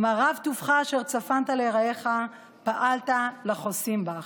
"מה רב טובך אשר צפנת ליראיך, פעלת לחסים בך".